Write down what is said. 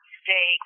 stay